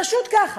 פשוט ככה.